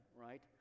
right